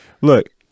Look